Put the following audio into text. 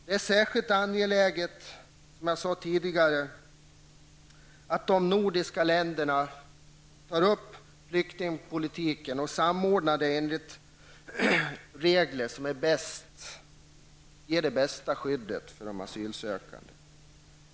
Det är, som jag sade tidigare i mitt anförande, särskilt angeläget att de nordiska ländernas flyktingpolitik samordnas enligt de regler som ger det bästa skyddet för de asylsökande.